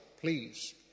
please